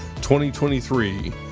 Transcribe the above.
2023